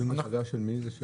דיון מחדש של מי זה?